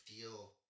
feel